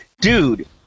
Dude